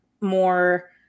more